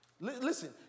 Listen